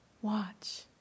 Watch